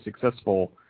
successful